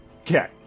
Okay